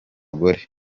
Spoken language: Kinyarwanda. gore